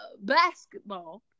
basketball